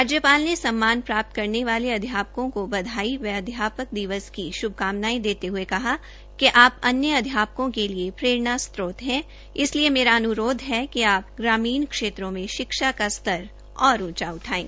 राज्यपाल ने सम्मान प्राप्त करने वाले अध्यापकों को बधाई व अध्यापक दिवस की श्भकामनायें देते हये कहा कि आप अन्य अध्यापकों के लिए प्ररेणा स्त्रोत है इसलिए मेरा अनुरोध है कि आप ग्रामीण क्षेत्रों में शिक्षा का स्तर और ऊंचा उठाये